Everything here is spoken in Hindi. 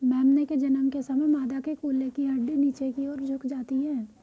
मेमने के जन्म के समय मादा के कूल्हे की हड्डी नीचे की और झुक जाती है